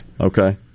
Okay